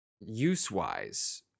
use-wise